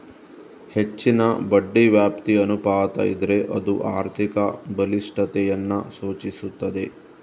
ಹೆಚ್ಚಿನ ಬಡ್ಡಿ ವ್ಯಾಪ್ತಿ ಅನುಪಾತ ಇದ್ರೆ ಅದು ಆರ್ಥಿಕ ಬಲಿಷ್ಠತೆಯನ್ನ ಸೂಚಿಸ್ತದೆ